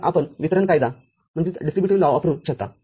मग आपण वितरण कायदा वापरू शकता